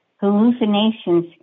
Hallucinations